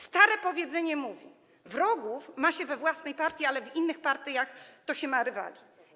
Stare powiedzenie mówi: wrogów ma się we własnej partii, ale w innych partiach to się ma rywali.